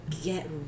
get